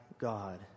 God